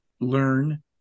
learn